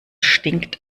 stinkt